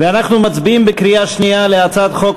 אנחנו מצביעים בקריאה שנייה על הצעת חוק